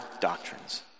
doctrines